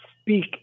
speak